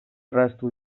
erraztu